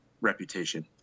reputation